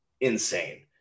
insane